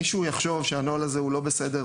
ואם מישהו יחשוב שהוא לא בסדר,